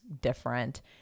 different